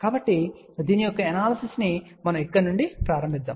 కాబట్టి దీని యొక్క ఎనాలిసిస్ ను మనం ఇక్కడ నుండి ప్రారంభిద్దాం